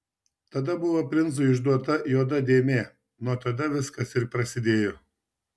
tada buvo princui išduota juoda dėmė nuo tada viskas ir prasidėjo